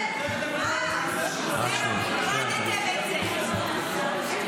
איבדתם את זה לגמרי.